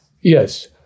Yes